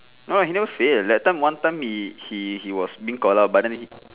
no he never fail that time one time he he he was being called out but then he